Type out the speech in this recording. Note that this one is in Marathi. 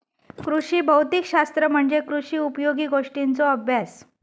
कृषी भौतिक शास्त्र म्हणजे कृषी उपयोगी गोष्टींचों अभ्यास